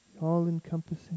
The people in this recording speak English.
all-encompassing